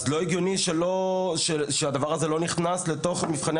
אז לא הגיוני שהדבר הזה לא נכנס לתוך מבחני